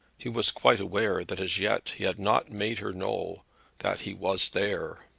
he was quite aware that as yet he had not made her know that he was there.